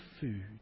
food